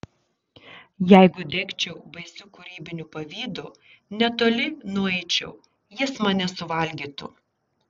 jeigu degčiau baisiu kūrybiniu pavydu netoli nueičiau jis mane suvalgytų